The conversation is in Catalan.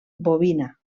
bobina